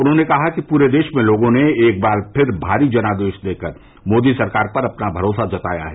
उन्होंने कहा कि पूरे देश में लोगों ने एक बार फिर भारी जनादेश देकर मोदी सरकार पर अपना भरोसा जताया है